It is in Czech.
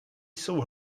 jsou